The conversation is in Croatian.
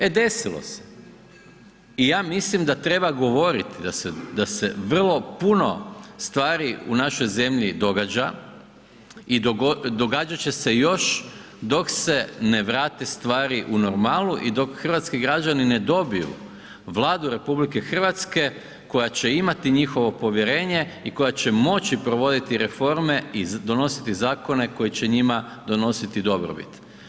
E desilo se i ja mislim da treba govoriti da se vrlo puno stvari u našoj zemlji događa i događati će se još dok se ne vrate stvari u normalu i dok hrvatski građani ne dobiju Vladu RH koja će imati njihovo povjerenje i koja će moći provoditi reforme i donositi zakone koji će njima donositi dobrobit.